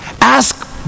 ask